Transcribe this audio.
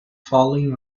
falling